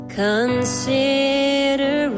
consider